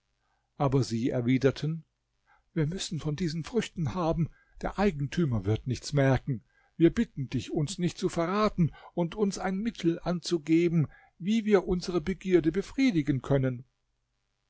aber sie erwiderten wir müssen von diesen früchten haben der eigentümer wird nichts merken wir bitten dich uns nicht zu verraten und uns ein mittel anzugeben wie wir unsere begierde befriedigen können